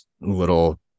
little